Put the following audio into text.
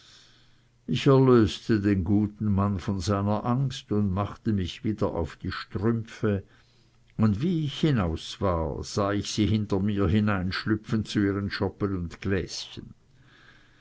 ich erlöste den guten mann von seiner angst und machte mich wieder auf die strümpfe und wie ich hinaus war sah ich sie hinter mir hinein schlüpfen zu ihren schoppen und gläschen